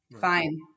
Fine